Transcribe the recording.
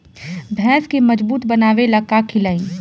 भैंस के मजबूत बनावे ला का खिलाई?